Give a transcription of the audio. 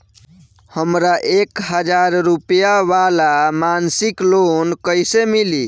हमरा एक हज़ार रुपया वाला मासिक लोन कईसे मिली?